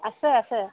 আছে আছে